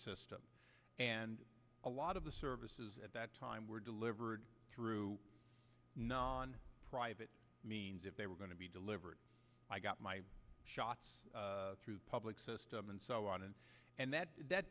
system and a lot of the services at that time were delivered through non private means if they were going to be delivered i got my shots through the public system and so on and and that that